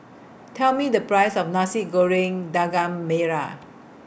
Tell Me The Price of Nasi Goreng Daging Merah